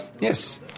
Yes